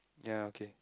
ya okay